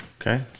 Okay